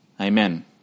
Amen